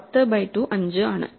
10 by 25 ആണ്